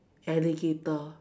alligator